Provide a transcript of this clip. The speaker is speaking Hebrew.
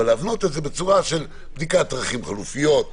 בדיקת דרכים חלופיות,